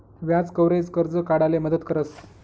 व्याज कव्हरेज, कर्ज काढाले मदत करस